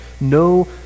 No